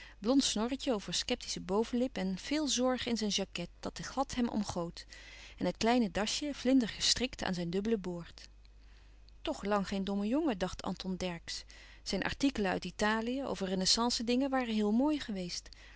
blond snorretje over sceptische bovenlip en veel zorg in zijn jacquet dat glad hem omgoot en het kleine dasje vlinder gestrikt aan zijn dubbele boord toch lang geen domme jongen dacht anton dercksz zijn artikelen uit italië over renaissance dingen waren heel mooi geweest